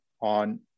on